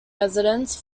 residence